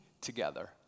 together